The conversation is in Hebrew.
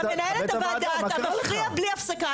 אתה מנהל את הוועדה, אתה מפריע בלי הפסקה.